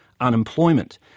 unemployment